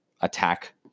attack